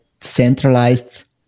centralized